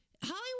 Hollywood